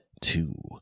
two